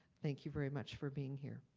thank you very much for being here.